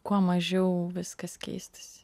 kuo mažiau viskas keistųsi